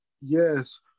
Yes